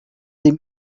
dem